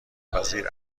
پذیر